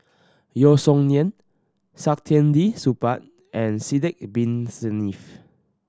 Yeo Song Nian Saktiandi Supaat and Sidek Bin Saniff